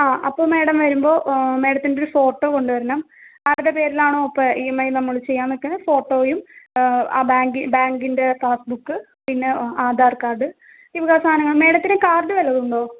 ആ അപ്പം മേഡം വരുമ്പോൾ മേഡത്തിൻറ്റെയൊരു ഫോട്ടോ കൊണ്ട് വരണം ആരുടെ പേരിലാണോ ഇപ്പോൾ ഈ എം ഐ നമ്മൾ ചെയ്യാൻ വെക്കണത് ഫോട്ടോയും ആ ബാങ്കി ബാങ്കിൻ്റെ പാസ് ബുക്ക് പിന്നെ ആധാർ കാർഡ് ഈ വക സാധനങ്ങൾ മേഡത്തിന് കാർഡ് വല്ലതുമുണ്ടോ